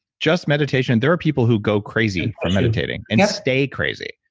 just meditation, there are people who go crazy from meditating and stay crazy.